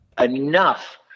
enough